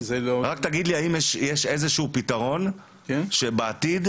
תגיד לי האם יש איזשהו פתרון שבעתיד,